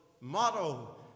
motto